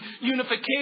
unification